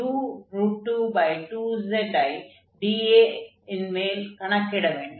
222z ஐ dA ன் மேல் கணக்கிட வேண்டும்